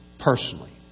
Personally